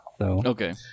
Okay